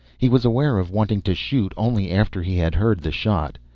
he was aware of wanting to shoot only after he had heard the shot.